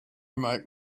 make